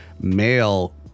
male